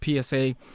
PSA